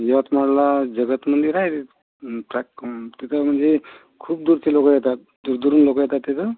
यवतमाळला जगत मंदिर आहेच त्या तिथं म्हनजे खूप दूरची लोकं येतात दूर दूरून लोकं येतात तिथं